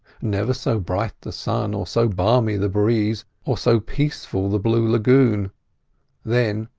never so bright the sun, or so balmy the breeze, or so peaceful the blue lagoon then,